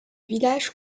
village